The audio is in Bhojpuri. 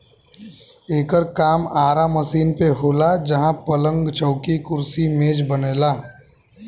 एकर काम आरा मशीन पे होला जहां पलंग, चौकी, कुर्सी मेज बनला